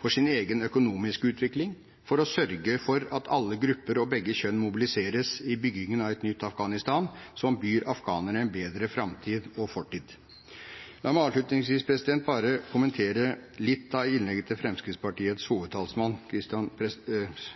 for sin egen utvikling – for sin egen økonomiske utvikling, for å sørge for at alle grupper og begge kjønn mobiliseres i byggingen av et nytt Afghanistan som byr afghanerne en bedre framtid enn fortid. La meg avslutningsvis bare kommentere litt av innlegget til Fremskrittspartiets hovedtalsmann,